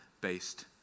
based